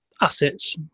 assets